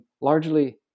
largely